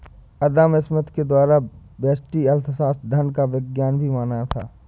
अदम Smith के द्वारा व्यष्टि अर्थशास्त्र धन का विज्ञान भी माना था